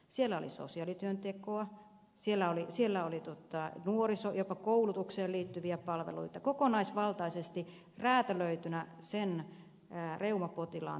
siellä oli sosiaalityöntekoa siellä oli nuorisoon jopa koulutukseen liittyviä palveluita kokonaisvaltaisesti räätälöityinä reumapotilaan tarpeiden mukaan